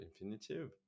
infinitive